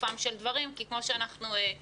לגופם של דברים כי כמו שאנחנו יודעים,